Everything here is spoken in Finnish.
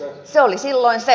se oli silloin se